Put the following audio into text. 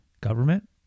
government